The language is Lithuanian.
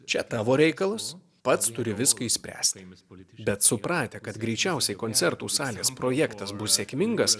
čia tavo reikalas pats turi viską išspręsti bet supratę kad greičiausiai koncertų salės projektas bus sėkmingas